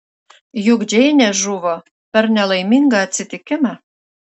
juk džeinė žuvo per nelaimingą atsitikimą